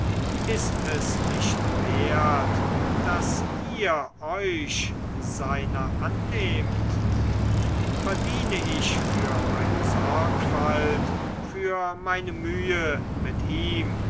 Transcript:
ist es nicht wert daß ihr euch seiner annehmt verdiene ich für meine sorgfalt für meine mühe mit ihm